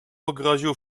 pogroził